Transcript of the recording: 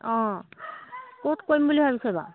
অঁ ক'ত কৰিম বুলি ভাবিছে বাৰু